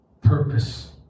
purpose